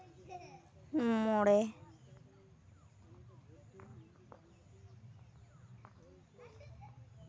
ᱢᱚᱬᱮ